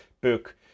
book